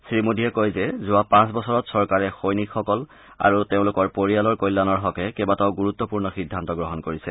শ্ৰীমোডীয়ে কয় যে যোৱা পাঁচ বছৰত চৰকাৰে সৈনিকসকল আৰু তেওঁলোকৰ পৰিয়ালৰ কল্যাণৰ হকে কেইবাটাও গুৰুত্বপূৰ্ণ সিদ্ধান্ত গ্ৰহণ কৰিছে